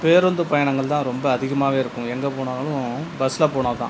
பேருந்து பயணங்கள் தான் ரொம்ப அதிகமாகவே இருக்கும் எங்கே போனாலும் பஸ்ஸில் போனால் தான்